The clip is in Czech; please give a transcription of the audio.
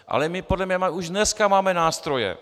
Ale my podle mého už dneska máme nástroje.